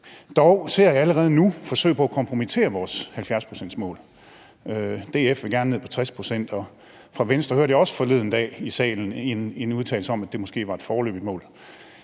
Dog ser jeg allerede nu forsøg på at kompromittere vores 70-procentsmål. DF vil gerne ned på 60 pct., og fra Venstre hørte jeg også forleden dag i salen en udtalelse om, at det måske var et foreløbigt mål.